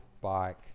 bike